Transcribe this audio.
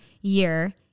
year